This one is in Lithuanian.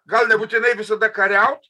gal nebūtinai visada kariaut